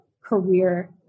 career